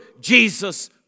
Jesus